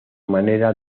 manera